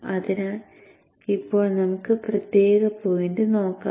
അതിനാൽ ഇപ്പോൾ നമുക്ക് ആ പ്രത്യേക പോയിന്റ് നോക്കാം